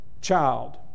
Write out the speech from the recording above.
child